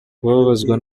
kubabazwa